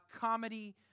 comedy